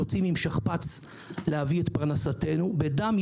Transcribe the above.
יוצאים עם שכפ"ץ להביא את פרנסתנו בדם,